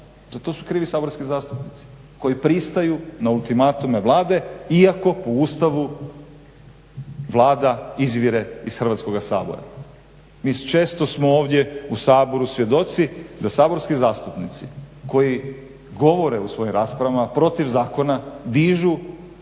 Za to su krivi saborski zastupnici koji pristaju na ultimatume Vlade iako po Ustavu Vlada izvire iz Hrvatskoga sabora. Mi često smo ovdje u Saboru svjedoci da saborski zastupnici koji govore u svojim raspravama protiv zakona dižu